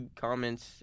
comments